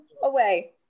Away